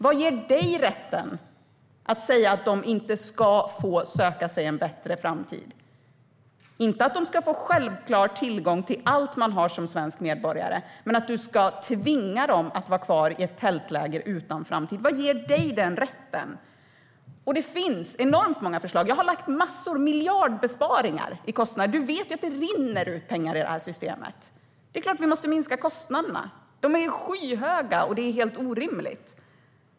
Vad ger dig rätten att säga att de inte ska få söka sig en bättre framtid? Det handlar inte om att de ska få självklar tillgång till allt man har som svensk medborgare. Men du ska tvinga dem att vara kvar i ett tältläger utan framtid. Vad ger dig den rätten? Det finns enormt många förslag. Jag har lagt fram massor. Det handlar om miljardbesparingar i kostnader. Du vet ju att det rinner ut pengar i systemet. Det är klart att vi måste minska kostnaderna. De är skyhöga, och det är helt orimligt.